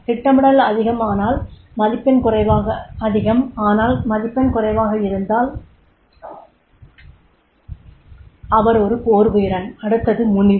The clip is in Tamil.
திட்டமிடல் அதிகம் ஆனால் மதிப்பெண் குறைவாக இருந்தால் அவர் ஒரு போர்வீரன் அடுத்தது முனிவர்